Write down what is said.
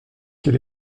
quel